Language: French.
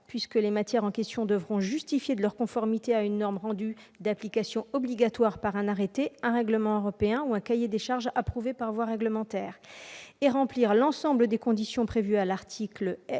: les matières concernées devront être conformes à une norme rendue d'application obligatoire par un arrêté, un règlement européen ou un cahier des charges approuvé par voie réglementaire et remplir l'ensemble des conditions prévues à l'article L.